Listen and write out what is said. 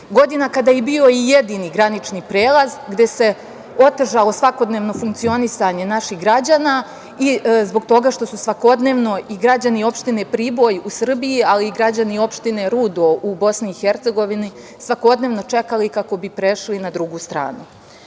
godina, kada je bio i jedini granični prelaz, gde se otežalo svakodnevno funkcionisanje naših građana i zbog toga što su svakodnevno građani opštine Priboj u Srbiji, ali i građani opštine Rudo u BiH svakodnevno čekali kako bi prešli na drugu stranu. Drugi